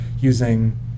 using